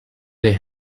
they